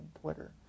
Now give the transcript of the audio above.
Twitter